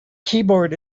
keyboard